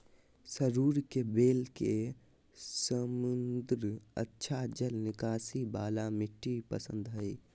सरू के बेल के समृद्ध, अच्छा जल निकासी वाला मिट्टी पसंद हइ